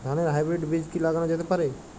ধানের হাইব্রীড বীজ কি লাগানো যেতে পারে?